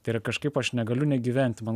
tai yra kažkaip aš negaliu negyventi man